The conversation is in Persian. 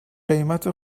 قیمت